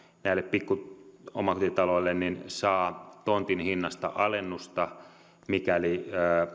näille pikkuomakotitaloille saa tontin hinnasta alennusta mikäli